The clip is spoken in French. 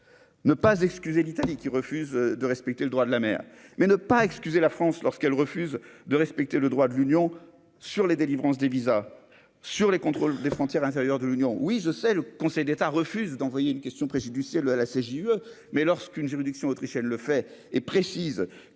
ne pas excuser l'Italie qui refuse de respecter le droit de la mer, mais ne pas excuser la France lorsqu'elle refuse de respecter le droit de l'Union sur la délivrance des visas sur les contrôles des frontières intérieures de l'Union, oui je sais, le Conseil d'État refuse d'envoyer une question préjudicielle à la CJUE mais lorsqu'une juridiction autrichienne le fait et précise